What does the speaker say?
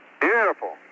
Beautiful